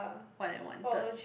one and one third